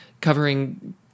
covering